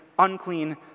unclean